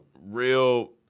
Real